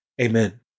Amen